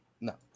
no